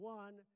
one